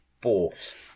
bought